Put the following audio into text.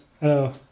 Hello